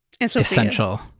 essential